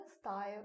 style